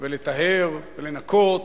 ולטהר ולנקות,